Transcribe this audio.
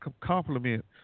compliment